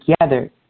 together